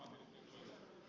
puhemies